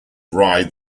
rye